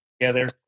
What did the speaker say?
together